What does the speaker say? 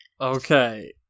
Okay